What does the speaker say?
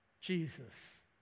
Jesus